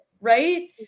Right